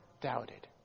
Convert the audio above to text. doubted